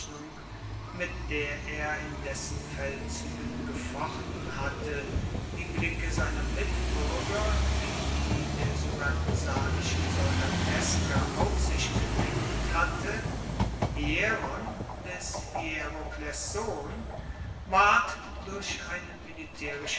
mit der er in dessen feldzuegen gefochten hatte die blicke seiner mitbuerger wie die der syrakusanischen soldateska auf sich gelenkt hatte hieron des hierokles sohn ward durch eine militaerische